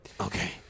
Okay